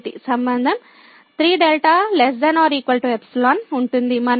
సంబంధం 3δ ≤ ϵ ఉంటుంది